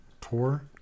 tour